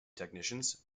technicians